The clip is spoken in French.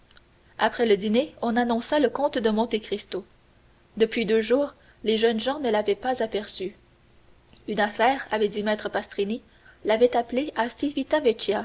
après le dîner on annonça le comte de monte cristo depuis deux jours les jeunes gens ne l'avaient pas aperçu une affaire avait dit maître pastrini l'avait appelé